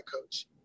coach